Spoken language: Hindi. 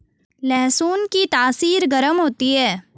लहसुन की तासीर गर्म होती है